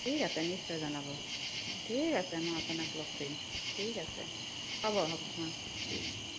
ঠিক আছে নিশ্চয় জনাব অ ঠিক আছে মই আপোনাক লগ কৰিম ঠিক আছে হ'ব হ'ব অ ঠিক আছে